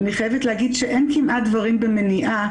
אני חייבת להגיד שאין כמעט דברים במניעה,